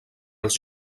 els